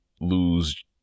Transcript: lose